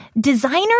designer